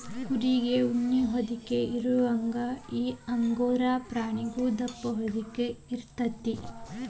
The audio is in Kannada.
ಕುರಿಗೆ ಉಣ್ಣಿ ಹೊದಿಕೆ ಇರುವಂಗ ಈ ಅಂಗೋರಾ ಪ್ರಾಣಿಗು ದಪ್ಪ ಹೊದಿಕೆ ಇರತತಿ